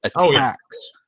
attacks